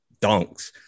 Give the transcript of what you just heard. dunks